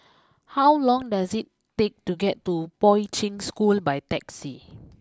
how long does it take to get to Poi Ching School by taxi